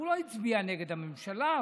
הוא לא הצביע נגד הממשלה,